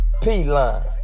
P-Line